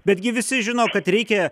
betgi visi žino kad reikia